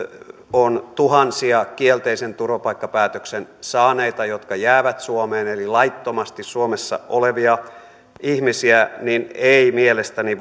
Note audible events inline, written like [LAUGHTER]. on tuhansia kielteisen turvapaikkapäätöksen saaneita jotka jäävät suomeen eli laittomasti suomessa olevia ihmisiä niin ei mielestäni [UNINTELLIGIBLE]